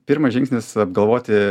pirmas žingsnis apgalvoti